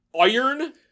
iron